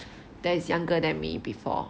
that is younger than me before